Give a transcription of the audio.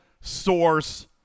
source